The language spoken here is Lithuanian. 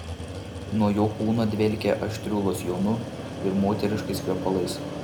nuo jo kūno dvelkė aštriu losjonu ir moteriškais kvepalais